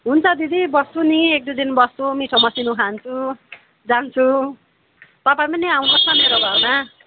हुन्छ दिदी बस्छु नि एक दुई दिन बस्छु मिठो मसिनो खान्छु जान्छु तपाईँ पनि आउनुहोस् न मेरो घरमा